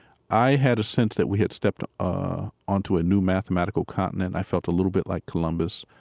i had a sense that we had stepped ah onto a new mathematical continent. i felt a little bit like columbus.